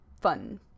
fun